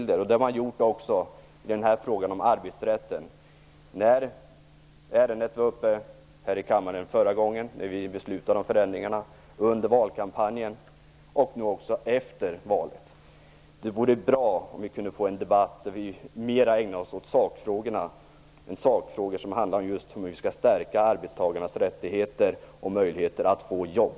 Det gjorde man också i frågan om arbetsrätten förra gången ärendet togs upp här i kammaren och vi beslutade om förändringarna liksom under valkampanjen och också nu efter valet. Det vore bra om vi kunde få en debatt där vi mera ägnade oss åt sakfrågorna - åt just frågorna om hur vi skall stärka arbetstagarnas rättigheter och möjligheter att få jobb.